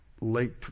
late